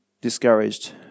discouraged